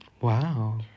Wow